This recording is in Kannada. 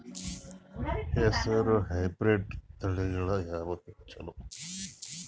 ಹೆಸರ ಹೈಬ್ರಿಡ್ ತಳಿಗಳ ಯಾವದು ಚಲೋ?